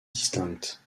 distinctes